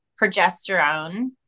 progesterone